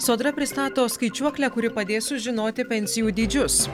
sodra pristato skaičiuoklę kuri padės sužinoti pensijų dydžius